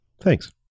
Thanks